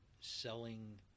selling